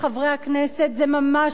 זה ממש לא משתלם.